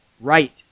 right